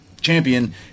champion